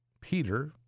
Peter